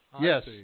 Yes